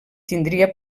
tindria